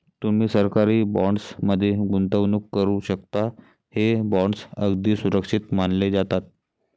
तुम्ही सरकारी बॉण्ड्स मध्ये गुंतवणूक करू शकता, हे बॉण्ड्स अगदी सुरक्षित मानले जातात